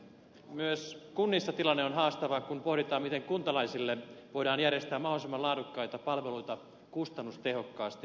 myös kunnissa tilanne on haastava kun pohditaan miten kuntalaisille voidaan järjestää mahdollisimman laadukkaita palveluita kustannustehokkaasti